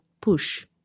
push